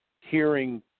hearing